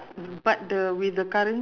is